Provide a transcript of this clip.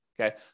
Okay